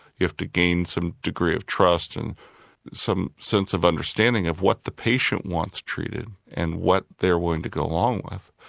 you have to gain some degree of trust and some sense of understanding of what the patient wants treated and what they're willing to go along with.